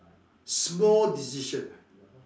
small decision ah